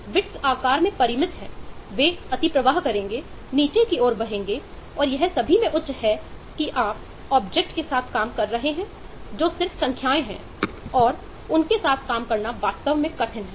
bits आकार में परिमित हैं वे अतिप्रवाह करेंगे नीचे की ओर बहेंगे और यह सभी में उच्च है की आप ऑब्जेक्ट का निर्माण कर लेते है